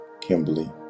kimberly